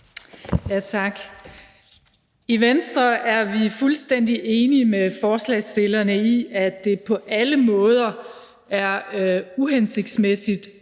(V): Tak. I Venstre er vi fuldstændig enige med forslagsstillerne i, at det på alle måder var uhensigtsmæssigt og i